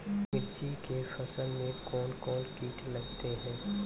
मिर्ची के फसल मे कौन कौन कीट लगते हैं?